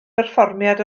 berfformiad